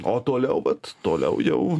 o toliau vat toliau jau